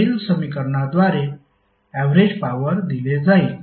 वरील समीकरणाद्वारे average power दिले जाईल